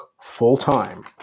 full-time